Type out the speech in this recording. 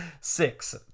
six